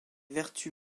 vertus